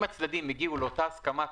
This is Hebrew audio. אם הצדדים הגיעו לאותה הסכמה,